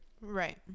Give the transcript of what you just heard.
Right